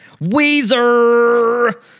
Weezer